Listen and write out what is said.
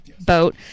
boat